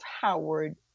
Howard